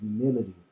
humility